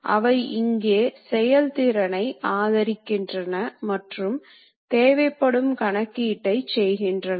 அதனால் உற்பத்தியின் துல்லியத்தை பாதிக்கும் பின்னடைவு போன்றவை குறைக்கப்படுகின்றன